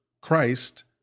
Christ